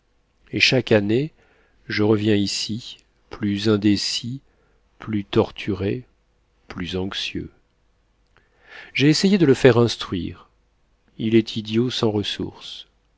et chaque année je reviens ici plus indécis plus torturé plus anxieux j'ai essayé de le faire instruire il est idiot sans ressource